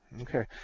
Okay